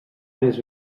mes